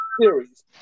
Series